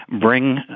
bring